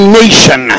nation